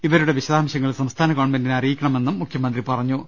ഇവരുടെ വിശദാംശങ്ങൾ സംസ്ഥാന ഗവൺമെന്റിനെ അറിയിക്കണമെന്നും മുഖ്യമന്ത്രി പറഞ്ഞു